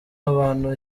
abantu